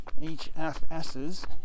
HFS's